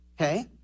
Okay